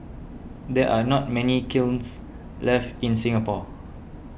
there are not many kilns left in Singapore